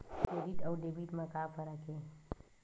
ये क्रेडिट आऊ डेबिट मा का फरक है?